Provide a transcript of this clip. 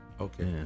Okay